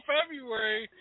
February